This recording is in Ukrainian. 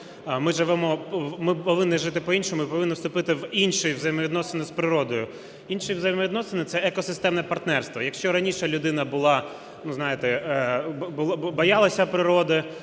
ми повинні жити по-іншому і повинні вступити в інші взаємовідносини з природою. Інші взаємовідносини – це екосистемне партнерство. Якщо раніше людина була, ну,